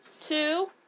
two